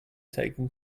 taking